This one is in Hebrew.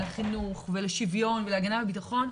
ולחינוך ולשווין ולהגנה וביטחון.